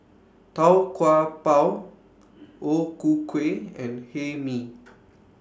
Tau Kwa Pau O Ku Kueh and Hae Mee